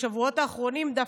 בשבועות האחרונים דווקא.